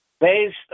based